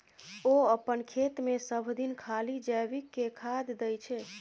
ओ अपन खेतमे सभदिन खाली जैविके खाद दै छै